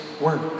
work